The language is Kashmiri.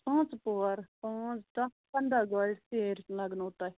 پانٛژھٕ پۄہَر پانٛژھ دَہ پنٛداہ گاڑِ سیرِ لَگنو تۄہہِ